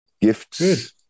gifts